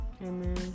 Amen